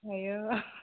आयु